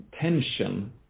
tension